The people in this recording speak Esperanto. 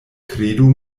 kredu